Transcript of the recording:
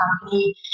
company